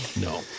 No